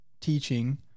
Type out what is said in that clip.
teaching